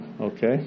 Okay